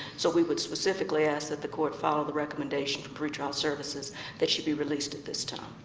so we would specifically ask that the court follow the recommendation from pretrial services that she be released at this time.